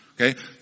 Okay